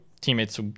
teammates